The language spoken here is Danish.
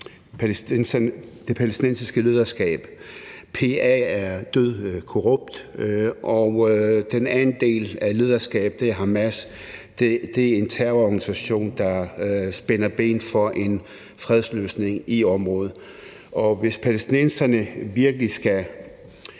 det palæstinensiske lederskab. PA er dødkorrupt og den anden del af lederskabet, som er Hamas, er en terrororganisation, der spænder ben for en fredsløsning i området. Hvis palæstinenserne virkelig skal